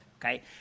okay